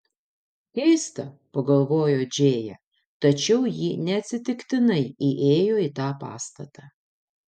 keista pagalvojo džėja tačiau ji neatsitiktinai įėjo į tą pastatą